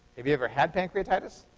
have you ever had pancreatitis?